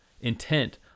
intent